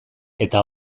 eta